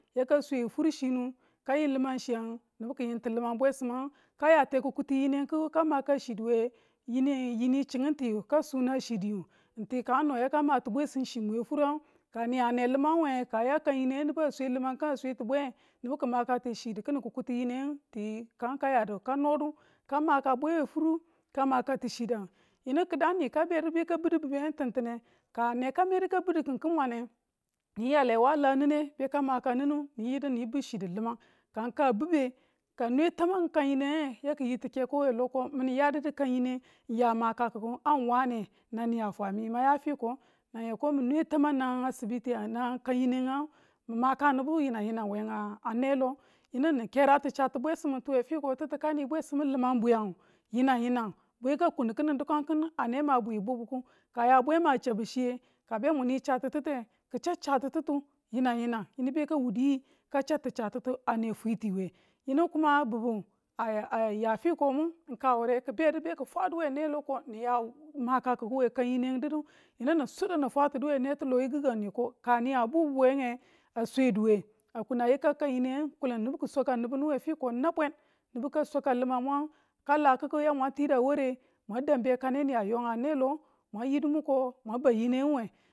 yaka swe fur chinu ka yim limang chiyengu nibu ki yim ti liman bwesim kayaa te kikuti yinengu ka maka chi we yini chingin tiyu ka suna chidiyu ti kang no yaka ma ti bwesim chimu we furanngu ka ni ane limangu wenge ka ya kan yinengu a swe limang kangu a swe ti bwe nibu ki makatu chidu kini kikuti yinengu ti knang ka yadu ka nodu ka maka bwe we furu ka maka ti chidu yinu kidangu ni ki badu beka bi̱du bi̱dde ti̱ntine ka a neka medu ka biddu n kin ki mwane, ni yale wa la nine be ka maka ninu ni yidu ni bu chidu limang ka ng ka a bibe kanwe tamang kan yinenge yaki yiti keko we lo ko ng ya didi kan ng ya makakiku ko ng wane nan ni a fwa mima ya fiko nge nan yoko min nwe tamang nangang asibiti yang nanang kan yineng ngang maka nibu yinang yinang we. a nelo yinu ni kerati chabtu bwesimu we fiko titi ka ni bwesimu limang bwiyang yinang yinang bwe ka kunu kini dukan kinu ane ma bwiyu bubuku ka a ya bwe ma a chabu chiye ka be mun ni chabtite ki chau chabtu titu yinang yanang yinu beka mudu yi ka chati chatitu ane fwiti we. Yinu kuma bi̱ba aya fikomu ki bedu beki fwadu we nelo ko nin yawe makakikuwu kan yineng didu nu yinu nin sudu ni fwatinu we ntiloyi kikang ko ka ni a bubuwe a sweduwe a kun a yika ka yineng nu kulunu nibu ki swaka nibu nu we fiko nabwen nibu ka swaka limang mwangu ka la kiki yamang ti a ware, mwan dang be kane ni a yo a nelo, mang yidu miko mwan ba yineng we.